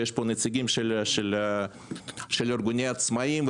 יש פה נציגים של ארגוני העצמאים,